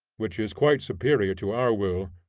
which is quite superior to our will,